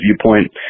viewpoint